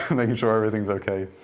making sure everything's ok.